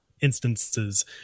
instances